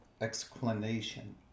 explanation